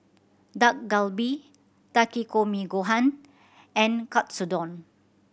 Dak Galbi Takikomi Gohan and Katsudon